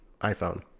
iPhone